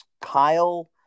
Kyle